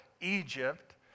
Egypt